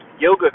yoga